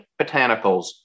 botanicals